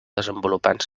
desenvolupar